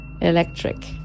electric